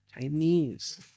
Chinese